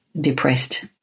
depressed